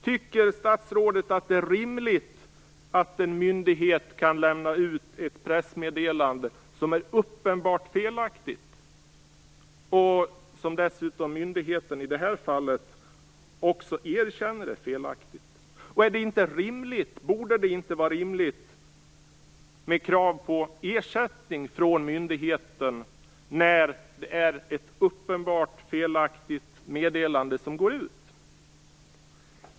Tycker statsrådet att det är rimligt att en myndighet kan lämna ut ett pressmeddelande som är uppenbart felaktigt och som myndigheten i det här fallet dessutom erkänner är felaktigt? Borde det inte vara rimligt att ställa krav på ersättning från myndigheten när ett uppenbart felaktigt meddelande har gått ut?